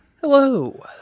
Hello